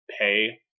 pay